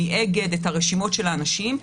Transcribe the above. את הרשימות של האנשים מאגד.